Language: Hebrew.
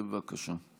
בבקשה.